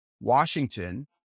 Washington